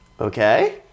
Okay